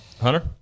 Hunter